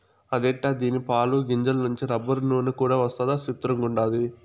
అదెట్టా దీని పాలు, గింజల నుంచి రబ్బరు, నూన కూడా వస్తదా సిత్రంగుండాది